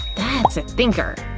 that's a thinker.